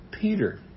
Peter